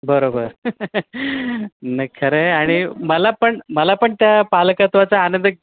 बरोबर नाही खरं आहे आणि मला पण मला पण त्या पालकत्वाचा आनंद